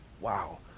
Wow